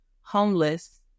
homeless